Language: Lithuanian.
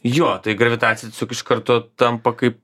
jo tai gravitacija siesiog iš karto tampa kaip